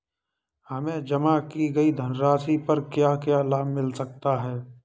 हमें जमा की गई धनराशि पर क्या क्या लाभ मिल सकता है?